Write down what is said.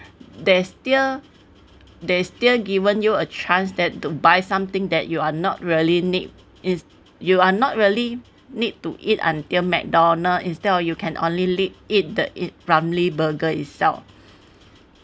there's still there's still given you a chance that to buy something that you are not really need is you are not really need to eat until mcdonald instead of you can only eat the ramly burger itself